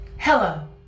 Hello